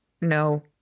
No